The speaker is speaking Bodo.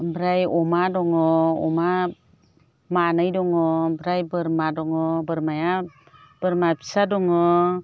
ओमफ्राय अमा दङ अमा मानै दंङ ओमफ्राय बोरमा दङ बोरमाया बोरमा फिसा दङ